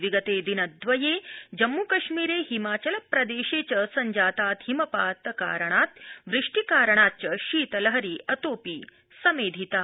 विगते दिनद्रये जम्मूकश्मीर हिमाचलप्रदेशेच संजातात् हिमपातात् वृष्टिकारणाच्च शीतलहरी अतोऽपि समेधिता